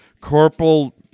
Corporal